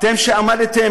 אתם שעמדתם,